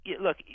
look